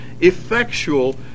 effectual